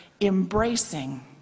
embracing